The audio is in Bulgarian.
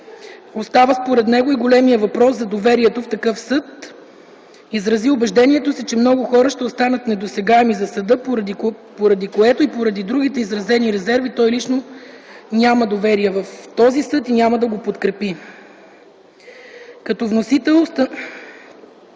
остава и големият въпрос за доверието в такъв съд. Изрази убеждението си, че много хора ще останат недосегаеми за съда, поради което и поради другите изразени резерви той лично няма доверие в този съд и няма да го подкрепи. Като вносител